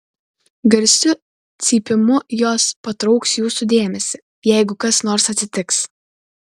garsiu cypimu jos patrauks jūsų dėmesį jeigu kas nors atsitiks